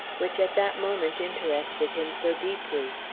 which at that moment interested him so deeply.